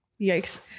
yikes